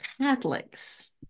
Catholics